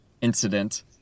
incident